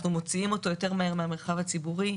אנחנו מוציאים אותו מהר יותר מן המרחב הציבורי.